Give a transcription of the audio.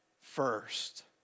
first